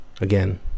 Again